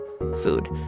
food